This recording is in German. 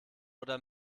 oder